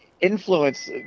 Influence